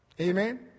Amen